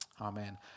Amen